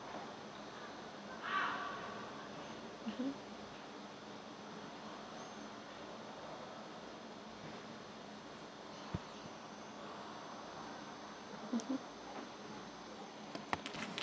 mmhmm